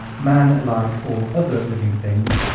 man, like all other living things,